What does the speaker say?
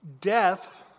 Death